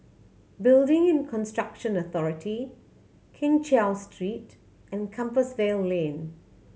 Building in Construction Authority Keng Cheow Street and Compassvale Lane